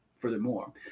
Furthermore